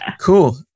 Cool